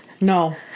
No